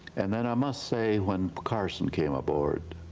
and then i must say when carson came aboard,